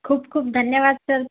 खूप खूप धन्यवाद सर